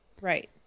right